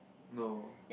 no